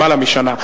למעלה משנה.